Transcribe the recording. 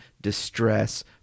distress